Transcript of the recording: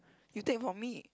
you take from me